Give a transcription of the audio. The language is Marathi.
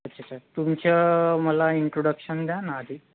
अच्छा अच्छा तुमचं मला इंट्रोडक्शन द्या ना आधी